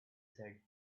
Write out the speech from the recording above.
said